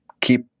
keep